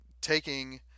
taking